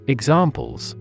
Examples